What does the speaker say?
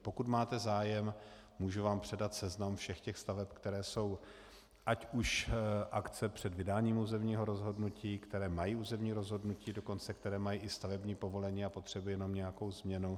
Pokud máte zájem, můžu vám předat seznam všech těch staveb, které jsou ať už akce před vydáním územního rozhodnutí, které mají územní rozhodnutí, dokonce které mají i stavební povolení a potřebují jenom nějakou změnu.